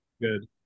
good